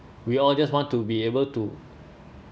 we all just want to be able to